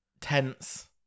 Tense